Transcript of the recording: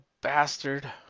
bastard